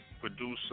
producer